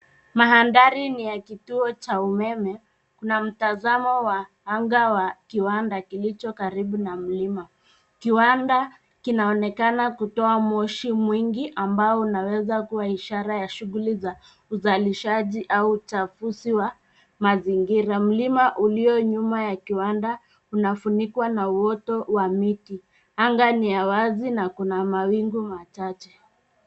Mandhari ni ya kituo cha umeme, kuna mtazamo wa anga wa kiwanda kilicho karibu na mlima. Kiwanda kinaonekana kutoa moshi mwingi ambao unaweza kuwa ishara ya shughuli za uzalishaji au uchafuzi wa mazingira. Mlima ulio nyuma ya kiwanda unafunikwa na uoto wa miti, anga ni ya wazi na kuna mawingu machache.